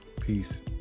peace